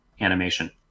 animation